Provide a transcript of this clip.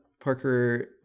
Parker